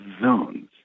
zones